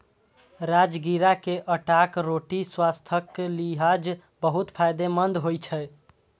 राजगिरा के आटाक रोटी स्वास्थ्यक लिहाज बहुत फायदेमंद होइ छै